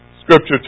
Scripture